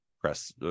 press